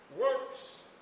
works